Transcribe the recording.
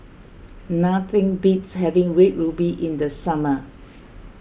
nothing beats having Red Ruby in the summer